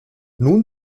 nun